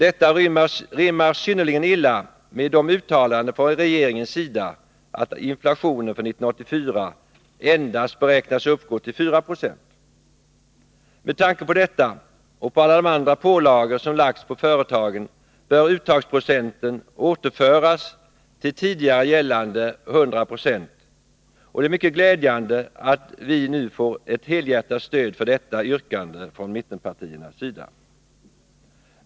Detta rimmar synnerligen illa med uttalanden från regeringens sida, att inflationen för 1984 endast beräknas uppgå till 4 96. Med tanke på detta och på alla de andra pålagor som lagts på företagen bör uttagsprocenten återföras till tidigare gällande 100 26, och det är mycket glädjande att vi nu får ett helhjärtat stöd för detta yrkande från mittenpartierna.